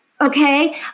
Okay